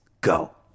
go